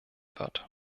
wird